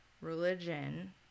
religion